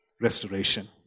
restoration